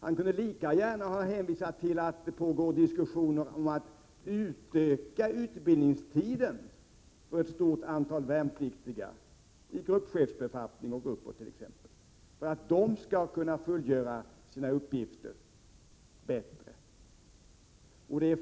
Han kunde lika 20 april 1988 gärna hänvisa till att det pågår diskussioner om att utöka utbildningstiden för ett stort antal värnpliktiga, t.ex. i gruppchefsbefattning och uppåt, för att de skall kunna fullgöra sina uppgifter bättre.